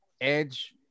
Edge